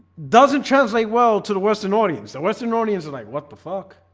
doesn't translate well to the western audience. the western audience is like what the fuck?